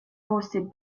hosted